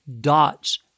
dots